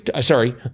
sorry